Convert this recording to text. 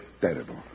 terrible